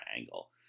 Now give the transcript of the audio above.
angle